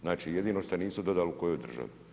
Znači jedino što nisu dodali u kojoj državi.